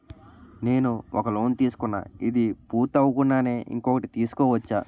నేను ఒక లోన్ తీసుకున్న, ఇది పూర్తి అవ్వకుండానే ఇంకోటి తీసుకోవచ్చా?